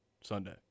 Sunday